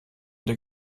der